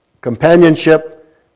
companionship